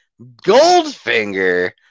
Goldfinger